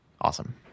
awesome